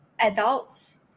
adults